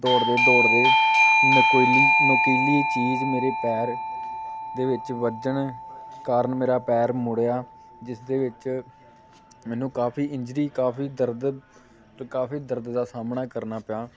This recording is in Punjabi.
ਦੌੜਦੇ ਦੌੜਦੇ ਨਕੋਇਲੀ ਨੋਕੀਲੀ ਚੀਜ਼ ਮੇਰੇ ਪੈਰ ਦੇ ਵਿੱਚ ਵੱਜਣ ਕਾਰਨ ਮੇਰਾ ਪੈਰ ਮੁੜਿਆ ਜਿਸ ਦੇ ਵਿੱਚ ਮੈਨੂੰ ਕਾਫੀ ਇੰਜਰੀ ਕਾਫੀ ਦਰਦ ਅਤੇ ਕਾਫੀ ਦਰਦ ਦਾ ਸਾਹਮਣਾ ਕਰਨਾ ਪਿਆ